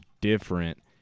different